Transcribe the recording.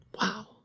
wow